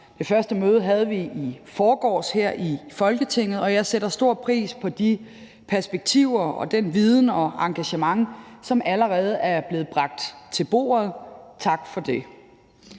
Det første møde havde vi i forgårs her i Folketinget, og jeg sætter stor pris på de perspektiver, den viden og det engagement, som allerede er blevet bragt til bordet. Tak for det.